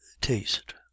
taste